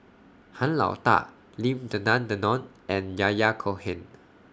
Han Lao DA Lim Denan Denon and Yahya Cohen